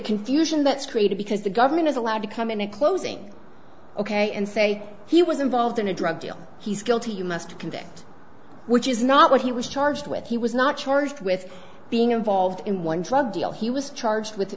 confusion that's created because the government is allowed to come in a closing ok and say he was involved in a drug deal he's guilty you must convict which is not what he was charged with he was not charged with being involved in one drug deal he was charged with